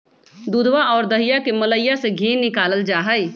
दूधवा और दहीया के मलईया से धी निकाल्ल जाहई